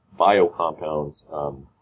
biocompounds